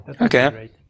Okay